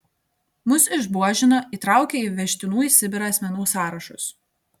mus išbuožino įtraukė į vežtinų į sibirą asmenų sąrašus